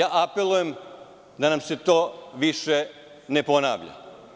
Apelujem da se to više ne ponavlja.